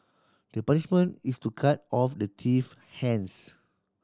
the punishment is to cut off the thief hands